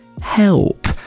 help